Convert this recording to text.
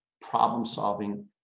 problem-solving